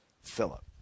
Philip